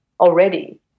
already